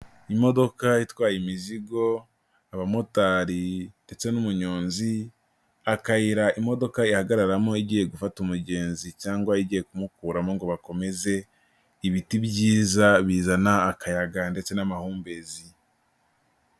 Imodoka itwaye imizigo, abamotari ndetse n'umunyonzi, akayira imodoka ihagararamo igiye gufata umugenzi cyangwa igiye kumukuramo ngo bakomeze, ibiti byiza bizana akayaga ndetse n'amahumbezi.